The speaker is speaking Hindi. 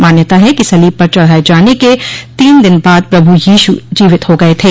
मान्यता है कि सलीब पर चढाये जाने के तीन दिन बाद प्रभु यीशु जीवित हो गये थे